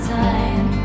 time